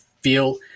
feel